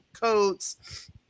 coats